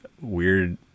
weird